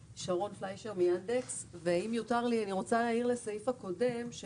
אני רוצה להעיר לסעיף הקודם.